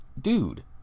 dude